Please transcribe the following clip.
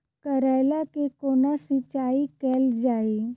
करैला केँ कोना सिचाई कैल जाइ?